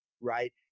right